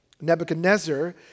Nebuchadnezzar